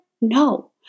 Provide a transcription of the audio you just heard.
No